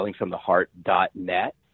sellingfromtheheart.net